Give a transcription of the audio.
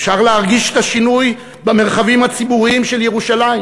אפשר להרגיש את השינוי במרחבים הציבוריים של ירושלים,